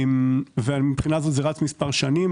זה רץ מספר שנים.